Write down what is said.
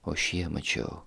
o šie mačiau